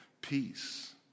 Peace